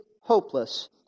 hopeless